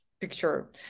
picture